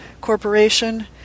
Corporation